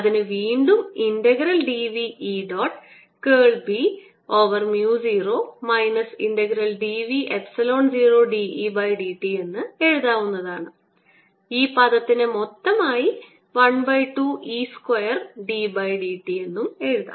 അതിനെ വീണ്ടും integral d v E dot curl B over mu 0 minus integral d v epsilon 0 E dE dt എന്ന് എഴുതാവുന്നതാണ് ഈ പദത്തിനെ മൊത്തമായി 1 by 2 E square d by dt എന്നെഴുതാം